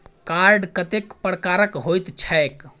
Card कतेक प्रकारक होइत छैक?